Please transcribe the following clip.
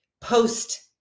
post